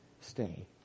stay